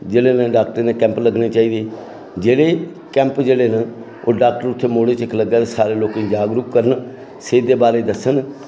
जि'नें लाकें च कैंप लग्गने चाहिदे न जेह्ड़े कैंप चले दे ओह् सारे लोकें गी जागरूक करना सेह्त दे बारै च दस्सन